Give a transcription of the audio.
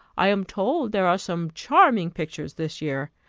i am told there are some charming pictures this year.